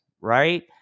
right